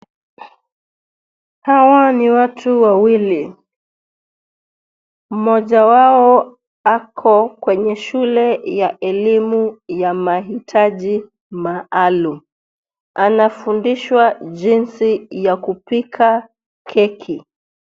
Hawa ni watu wawili. Mmoja wao ako kwenye shule ya elimu ya mahitaji maalum, anafundishwa jinsi ya kupika keki.